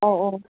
अह औ